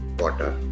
water